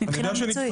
מבחינה מקצועית.